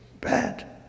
bad